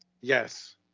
Yes